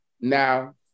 Now